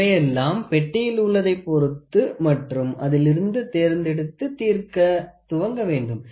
இவையெல்லாம் பெட்டியில் உள்ளதை பொருத்து மற்றும் அதிலிருந்து தேர்ந்தெடுத்து தீர்க்க துவங்க வேண்டும்